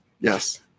Yes